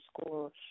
school